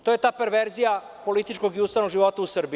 To je ta perverzija političkog i ustavnog života u Srbiji.